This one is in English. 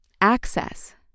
access